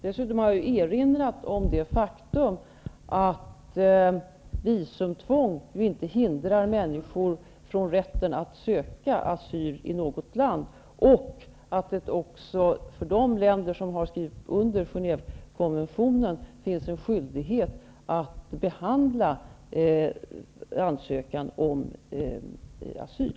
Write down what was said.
Dessutom har jag erinrat om det faktum att visumtvång inte tar ifrån människor rätten att söka asyl i något land. De länder som har skrivit under Genèvekonventionen har också skyldighet att behandla ansökningar om asyl.